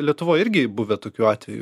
lietuvoj irgi buvę tokių atvejų